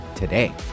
Today